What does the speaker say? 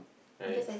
right